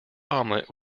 omelette